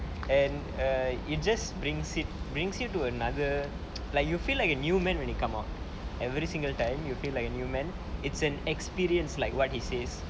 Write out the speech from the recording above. and err it just brings it brings you to another like you feel like a new man when it come out every single time you feel like a new man it's an experience like what he says